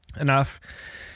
enough